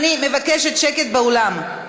אני מבקשת שקט באולם.